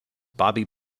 bobby